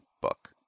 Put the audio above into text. book